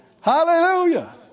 Hallelujah